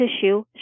tissue